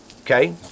okay